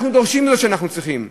אנחנו דורשים זאת כשאנחנו צריכים.